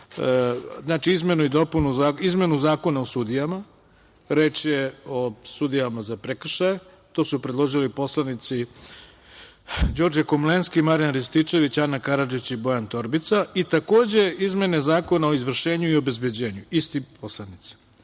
znači izmena Zakona o sudijama, reč je o sudijama za prekršaje, to su predložili poslanici Đorđe Komlenski, Marijan Rističević, Ana Karadžić i Bojan Torbica i takođe izmene Zakona o izvršenju i obezbeđenju, isti poslanici.